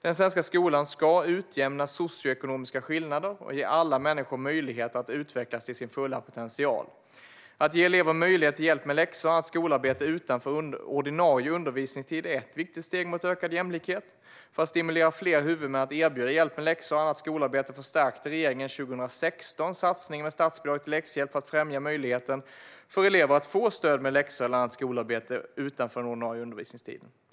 Den svenska skolan ska utjämna socioekonomiska skillnader och ge alla människor möjlighet att utvecklas till sin fulla potential. Att ge elever möjlighet till hjälp med läxor och annat skolarbete utanför ordinarie undervisningstid är ett viktigt steg mot en ökad jämlikhet. För att stimulera fler huvudmän att erbjuda hjälp med läxor eller annat skolarbete förstärkte regeringen 2016 satsningen med statsbidrag till läxhjälp för att främja möjligheten för elever att få stöd med läxor eller annat skolarbete utanför den ordinarie undervisningstiden.